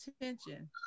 attention